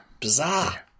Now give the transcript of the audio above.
bizarre